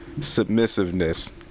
submissiveness